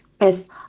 Yes